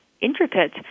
intricate